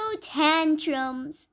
tantrums